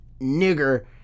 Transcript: nigger